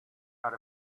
out